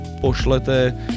pošlete